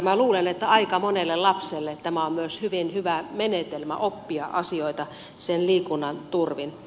minä luulen että aika monelle lapselle tämä on myös hyvin hyvä menetelmä oppia asioita liikunnan turvin